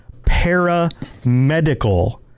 Paramedical